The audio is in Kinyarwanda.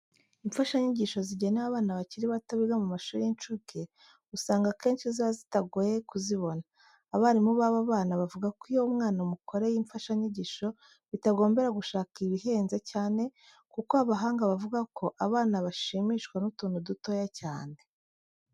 Imfashanyigisho zigenewe abana bakiri bato biga mu mashuri y'incuke, usanga akenshi ziba zitagoye kuzibona. Abarimu b'aba bana bavuga ko iyo umwana umukoreye imfashanyigisho bitagombera gushaka ibihenze cyane kuko abahanga bavuga ko abana bashimishwa n'utuntu dutoya cyane.